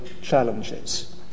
challenges